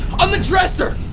on the dresser!